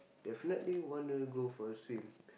definitely wanna go for a swim